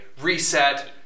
reset